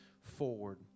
forward